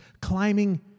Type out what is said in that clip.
climbing